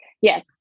yes